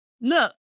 look